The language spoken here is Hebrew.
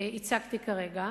הצגתי כרגע,